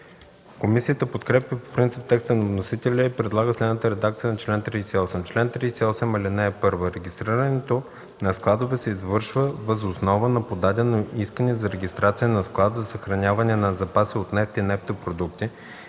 Комисията подкрепя по принцип текста на вносителя и предлага следната редакция на чл. 38: „Чл. 38. (1) Регистрирането на складове се извършва въз основа на подадено искане за регистрация на склад за съхраняване на запаси от нефт и нефтопродукти,